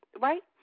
right